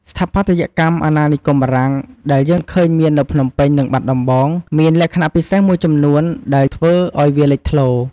ស្ថាបត្យកម្មអាណានិគមបារាំងដែលយើងឃើញមាននៅភ្នំពេញ និងបាត់ដំបង មានលក្ខណៈពិសេសមួយចំនួនដែលធ្វើឱ្យវាលេចធ្លោ។